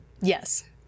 Yes